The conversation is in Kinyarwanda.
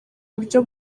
buryo